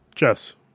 Jess